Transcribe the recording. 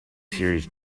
series